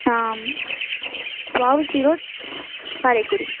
VOC road Karaikudi